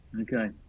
Okay